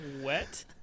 Wet